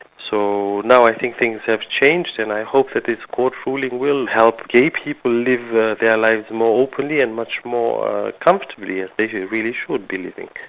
so now i think things have changed and i hope that this court ruling will help gay people live their lives more openly and much more comfortably, as they really should be living.